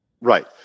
Right